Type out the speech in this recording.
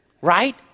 right